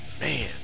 man